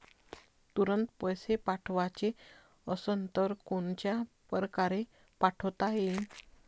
तुरंत पैसे पाठवाचे असन तर कोनच्या परकारे पाठोता येईन?